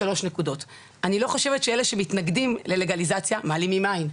אני לא חושבת שאלה שמתנגדים ללגליזציה הם מעלימים עין,